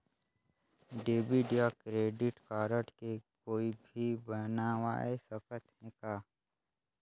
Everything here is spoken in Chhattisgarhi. डेबिट या क्रेडिट कारड के कोई भी बनवाय सकत है का?